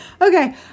Okay